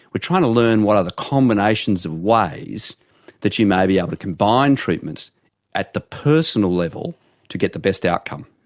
we are trying to learn what are the combinations of ways that you may be able to combine treatments at the personal level to get the best outcome.